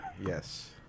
Yes